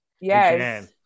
Yes